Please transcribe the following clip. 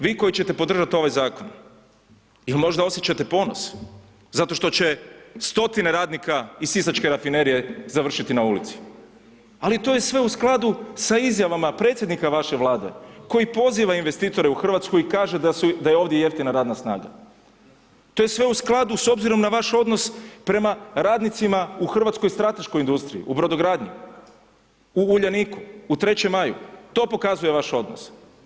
Vi koji ćete podržati ovaj zakon, il možda osjećate ponos zato što će stotine radnika iz Sisačke rafinerije završiti na ulici, ali to je sve u skladu sa izjavama predsjednika vaše Vlade, koji poziva investitore u RH i kaže da je ovdje jeftina radna snaga, to je sve u skladu s obzirom na vaš odnos prema radnicima u hrvatskoj strateškoj industriji, u brodogradnji, u Uljaniku, u 3. Maju, to pokazuje vaš odnos.